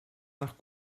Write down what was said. nach